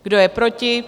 Kdo je proti?